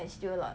still a lot